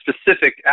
specific